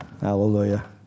Hallelujah